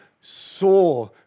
saw